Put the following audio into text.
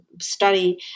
study